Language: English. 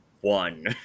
one